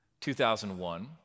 2001